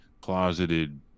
closeted